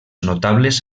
notables